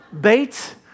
Bait